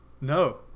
no